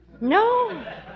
No